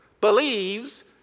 believes